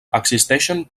existeixen